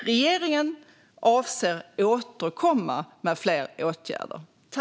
Regeringen avser att återkomma med fler åtgärder.